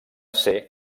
ser